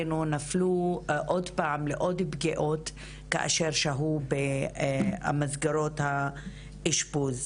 נפגעות נפלו עוד פעם לעוד פגיעות כאשר שהו במסגרות האשפוז.